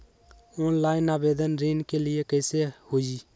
Online आवेदन ऋन के लिए कैसे हुई?